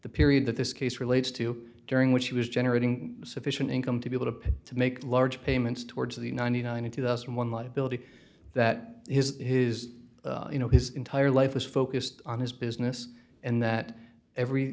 the period that this case relates to during which he was generating sufficient income to be able to to make large payments towards the ninety nine to two thousand and one liability that his you know his entire life was focused on his business and that every